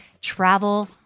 travel